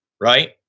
right